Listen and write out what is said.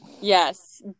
Yes